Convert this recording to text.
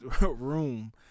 room